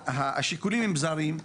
השיקולים הם זרים,